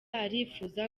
arifuza